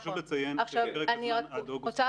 חשוב לציין שפרק הזמן עד אוגוסט הוא